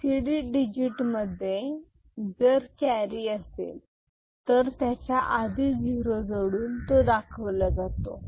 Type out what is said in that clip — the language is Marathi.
बीसीडी डिजिटमध्ये जर कॅरी असेल तर त्याच्या आधी झिरो जोडून तो दाखवला जातो